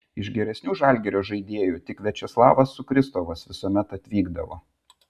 iš geresnių žalgirio žaidėjų tik viačeslavas sukristovas visuomet atvykdavo